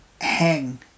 hang